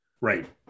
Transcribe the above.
Right